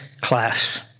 class